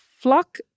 flock